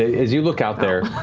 as you look out there,